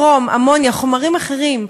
ברום, אמוניה, חומרים אחרים?